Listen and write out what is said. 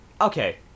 Okay